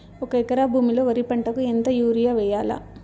ఒక ఎకరా భూమిలో వరి పంటకు ఎంత యూరియ వేయల్లా?